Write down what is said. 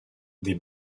des